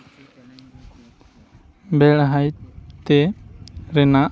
ᱵᱮᱲᱦᱟᱭᱛᱮ ᱨᱮᱱᱟᱜ